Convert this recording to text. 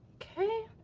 okay.